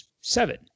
seven